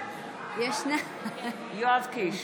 (קוראת בשם חבר הכנסת) יואב קיש,